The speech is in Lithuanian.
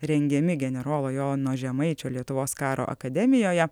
rengiami generolo jono žemaičio lietuvos karo akademijoje